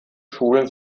schulen